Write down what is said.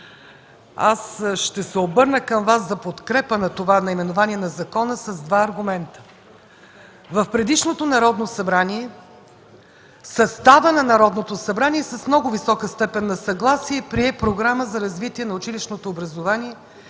Ще се обърна към Вас за подкрепа на това наименование на закона с два аргумента. В предишното Народно събрание, съставът на Народното събрание с много висока степен на съгласие прие Програма за развитие на училищното образование